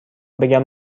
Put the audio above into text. بگم